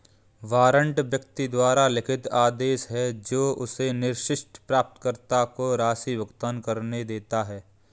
warrant व्यक्ति द्वारा लिखित आदेश है जो उसे निर्दिष्ट प्राप्तकर्ता को राशि भुगतान करने देता है